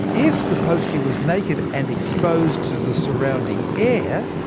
if the postie was naked and exposed to the surrounding air,